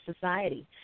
society